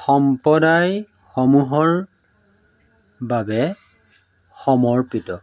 সম্প্ৰদায়সমূহৰ বাবে সমৰ্পিত